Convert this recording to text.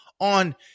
on